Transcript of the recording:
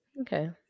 Okay